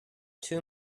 two